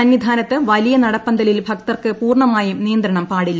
സന്നിധാനത്ത് വലിയ നടപ്പന്തലിൽ ഭക്തർക്ക് പൂർണ്ണമായും നിയന്ത്രണം പാടില്ല